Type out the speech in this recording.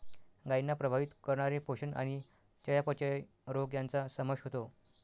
गायींना प्रभावित करणारे पोषण आणि चयापचय रोग यांचा समावेश होतो